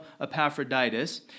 Epaphroditus